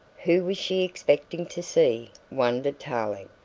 who was she expecting to see, wondered tarling,